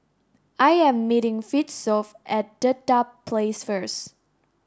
I am meeting Fitzhugh at Dedap Place first